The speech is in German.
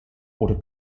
oder